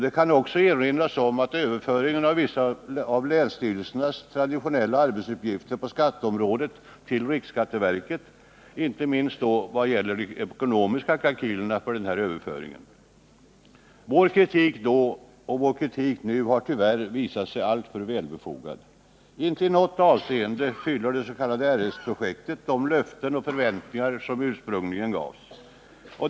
Det kan också erinras om överföringen av vissa av länsstyrelsernas traditionella arbetsuppgifter på skatteområdet till riksskatteverket, inte minst då de ekonomiska kalkylerna för överföringen. Vår kritik då och vår kritik nu har tyvärr visat sig alltför välbefogad. Inte i något avseende uppfyller det s.k. RS-projektet de ursprungliga löftena och förväntningarna.